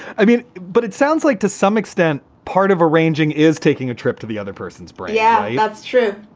i mean, but it sounds like to some extent part of arranging is taking a trip to the other person's. but yeah. that's true.